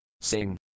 Sing